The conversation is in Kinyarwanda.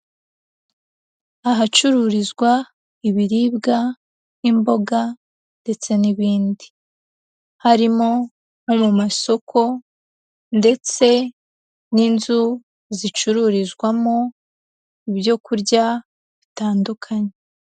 Ahacururizwa ibiribwa nk'imboga ndetse n'ibindi, harimo nko mu masoko ndetse n'inzu zicururizwamo ibyo kurya bitandukanye.